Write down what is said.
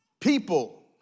People